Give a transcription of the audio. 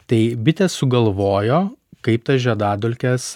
tai bitės sugalvojo kaip tas žiedadulkes